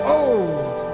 old